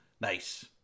Nice